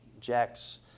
Jack's